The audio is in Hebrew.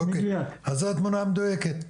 אוקיי, אז זו התמונה המדויקת.